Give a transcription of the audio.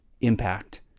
impact